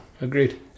agreed